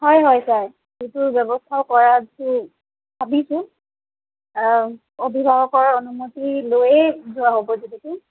হয় হয় ছাৰ সেইটো ব্য়ৱস্থাও কৰা ভাবিছোঁ অভিভাৱকৰ অনুমতি লৈয়ে যোৱা হ'ব যিহেতু